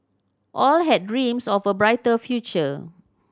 all had dreams of a brighter future